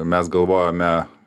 mes galvojame